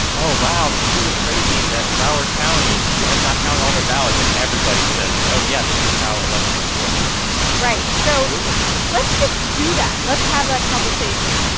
oh, wow, it's really crazy that broward county has not counted all their ballots. and everybody says, oh, yeah, this is how elections work right. so. absolutely let's just do that. let's have that conversation.